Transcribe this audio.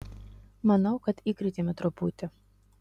manau kad įkrėtėme truputį